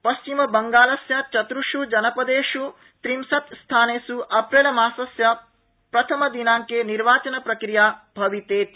पश्चिमबंगालस्य चत्र्ष् जनपदेष् त्रिंशत् स्थानेष् अप्रैलमासस्य प्रथमदिनांके निर्वाचनप्रक्रिया भवितेति